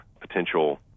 potential